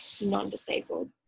non-disabled